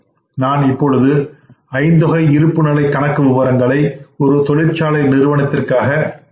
நான் இப்பொழுது ஐந்தொகை இருப்புநிலை கணக்கு விவரங்களை ஒரு தொழிற்சாலை நிறுவனத்திற்காக பார்க்க முயலலாம்